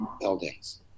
buildings